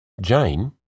Jane